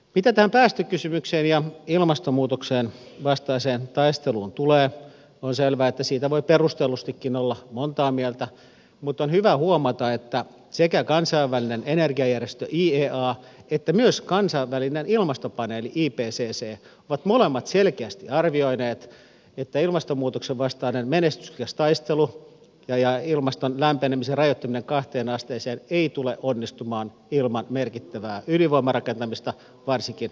mitä tähän päästökysymykseen ja ilmastonmuutoksen vastaiseen taisteluun tulee on selvää että siitä voi perustellustikin olla montaa mieltä mutta on hyvä huomata että sekä kansainvälinen energiajärjestö iea että myös kansainvälinen ilmastopaneeli ipcc ovat molemmat selkeästi arvioineet että ilmastonmuutoksen vastainen menestyksekäs taistelu ja ilmaston lämpenemisen rajoittaminen kahteen asteeseen ei tule onnistumaan ilman merkittävää ydinvoimarakentamista varsinkin lähiaikoina